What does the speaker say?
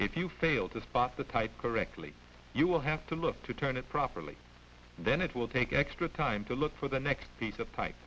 if you fail to spot the type correctly you will have to look to turn it properly then it will take extra time to look for the next p